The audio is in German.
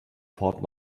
fahrt